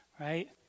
right